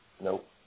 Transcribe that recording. Nope